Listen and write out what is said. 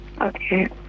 Okay